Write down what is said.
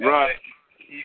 Right